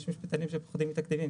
יש משפטנים שפוחדים מתקדימים,